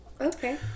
Okay